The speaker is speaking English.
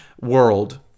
world